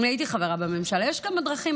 יש כמה דרכים,